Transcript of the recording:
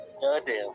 Goddamn